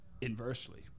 inversely